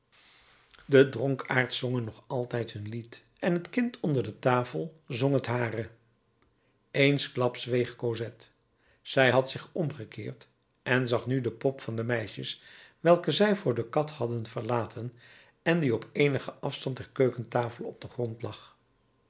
de dronkaards zongen nog altijd hun lied en het kind onder de tafel zong het hare eensklaps zweeg cosette zij had zich omgekeerd en zag nu de pop van de meisjes welke zij voor de kat hadden verlaten en die op eenigen afstand der keukentafel op den grond lag